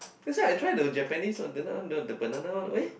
that's why I try to Japanese one the na~ the banana one oh eh